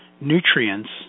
nutrients